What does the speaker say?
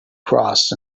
cross